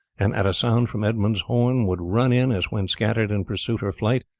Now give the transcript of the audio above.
and at a sound from edmund's horn would run in as when scattered in pursuit or flight,